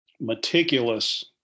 meticulous